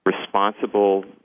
responsible